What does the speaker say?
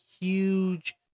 huge